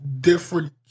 different